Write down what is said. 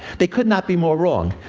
they could not be more wrong.